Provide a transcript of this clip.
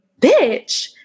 Bitch